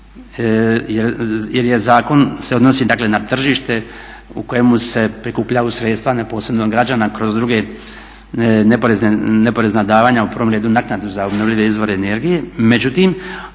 je se zakon odnosi dakle na tržište u kojemu se prikupljaju sredstva neposredno građana kroz druge neporezna davanja u prvom redu naknada za obnovljive izvore energije.